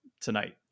tonight